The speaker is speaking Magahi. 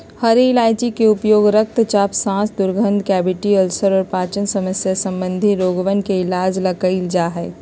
हरी इलायची के उपयोग रक्तचाप, सांस के दुर्गंध, कैविटी, अल्सर और पाचन समस्या संबंधी रोगवन के इलाज ला कइल जा हई